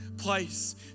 Place